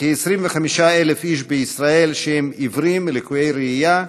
לכ-25,000 איש בישראל שהם עיוורים, לקויי ראייה,